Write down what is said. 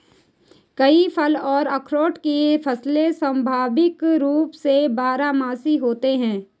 कई फल और अखरोट की फसलें स्वाभाविक रूप से बारहमासी होती हैं